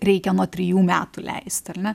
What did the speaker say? reikia nuo trijų metų leisti ar ne